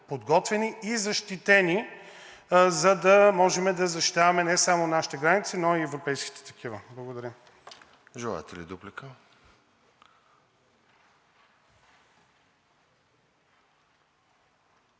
подготвени и защитени, за да можем да защитаваме не само нашите граници, но и европейските такива. Благодаря. ПРЕДСЕДАТЕЛ